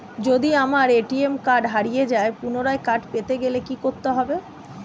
যদি আমার ATM card হারিয়ে যায় পুনরায় কার্ড পেতে গেলে কি করতে হবে?